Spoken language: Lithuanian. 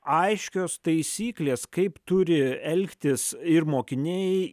aiškios taisyklės kaip turi elgtis ir mokiniai